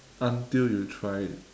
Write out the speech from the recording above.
until you tried it